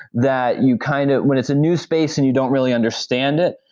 that you kind of when it's a new space and you don't really understand it,